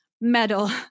Medal